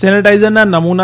સેનીટાઇઝરના નમુના